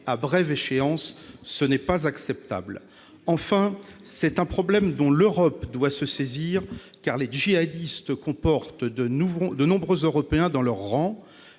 à brève échéance. Cela n'est pas acceptable. Enfin, c'est un problème dont l'Europe doit se saisir, car les djihadistes comptent de nombreux Européens dans leurs rangs.